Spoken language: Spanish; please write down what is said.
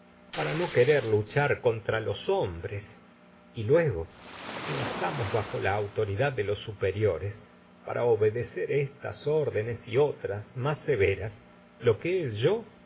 mujeres luego querer luchar contra hombres que estamos bajo la auto ridad de los superiores para obedecer estas órdenes y otras más severas lo que es yo